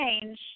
change